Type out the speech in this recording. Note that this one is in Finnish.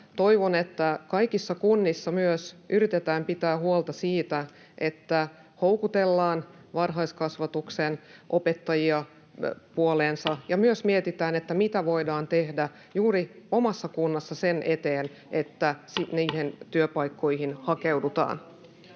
toivon, että kaikissa kunnissa myös yritetään pitää huolta siitä, että houkutellaan varhaiskasvatuksen opettajia puoleensa, ja myös mietitään, mitä voidaan tehdä juuri omassa kunnassa sen eteen, että niihin työpaikkoihin hakeudutaan.